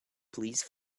please